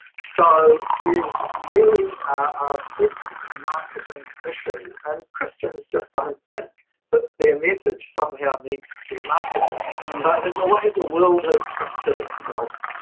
so, there's really a big marketing issue, and christians just don't think that their message somehow needs to be marketed, but in the way the world has structured itself,